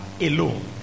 alone